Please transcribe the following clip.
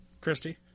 Christy